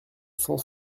cent